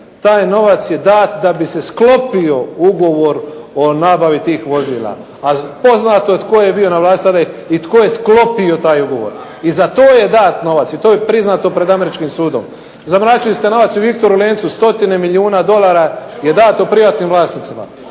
taj novac je dat da bi se sklopio ugovor o nabavi tih vozila. A poznato je tko je tada bio na vlasti i tko je sklopio taj ugovor. I za to je dat novac i to je priznato pred američkim sudom. Zamračili ste novac i Viktoru Lencu stotine milijuna dolara je dato privatnim vlasnicima.